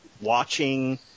watching